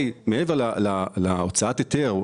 מעבר להוצאות ההיתר,